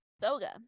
Soga